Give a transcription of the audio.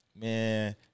Man